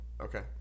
Okay